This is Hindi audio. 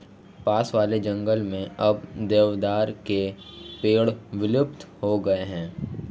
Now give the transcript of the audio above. पास वाले जंगल में अब देवदार के पेड़ विलुप्त हो गए हैं